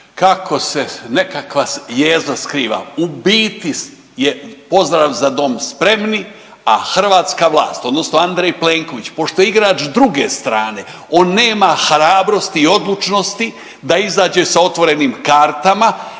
kako se nekakva jeziva skriva, u biti je pozdrav „Za dom spremni!“, a hrvatska vlast odnosno Andrej Plenković, pošto je igrač druge strane on nema hrabrosti i odlučnosti da izađe sa otvorenim kartama